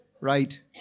Right